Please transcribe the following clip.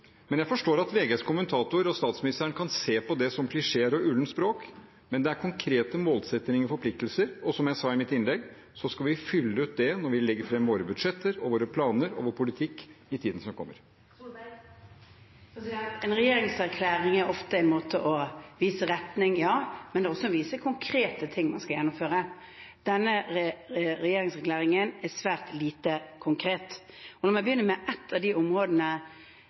men jeg forstår at VGs kommentator og den forrige statsministeren kan se på det som klisjeer og ullent språk, men det er konkrete målsettinger og forpliktelser. Som jeg sa i mitt innlegg, skal vi fylle det ut når vi legger fram våre budsjetter, våre planer og vår politikk i tiden som kommer. En regjeringserklæring er ofte en måte å vise retning, ja, men det er også å vise konkrete ting man skal gjennomføre. Denne regjeringserklæringen er svært lite konkret. La meg begynne med ett av de områdene